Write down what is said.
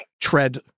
tread